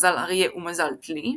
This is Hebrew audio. מזל אריה ומזל דלי.